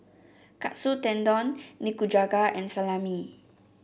Katsu Tendon Nikujaga and Salami